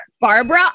Barbara